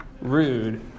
rude